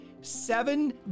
seven